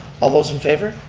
all those in favor?